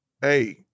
hey